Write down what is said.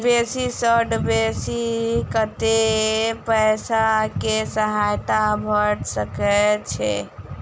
बेसी सऽ बेसी कतै पैसा केँ सहायता भऽ सकय छै?